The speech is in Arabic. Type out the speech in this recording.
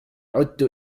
عدت